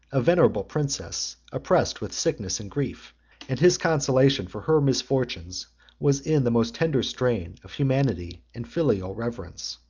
a venerable princess oppressed with sickness and grief and his consolation for her misfortunes was in the most tender strain of humanity and filial reverence.